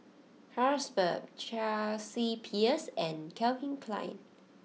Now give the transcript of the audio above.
Carlsberg Chelsea Peers and Calvin Klein